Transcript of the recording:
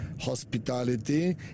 hospitality